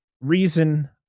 reason